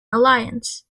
alliance